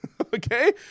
Okay